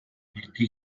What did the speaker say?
martí